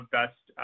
best